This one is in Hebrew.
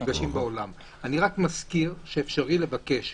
נפגשים בעולם אני רק מזכיר שאפשרי לבקש,